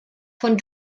von